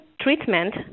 treatment